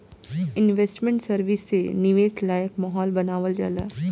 investment service से निवेश लायक माहौल बानावल जाला